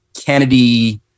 Kennedy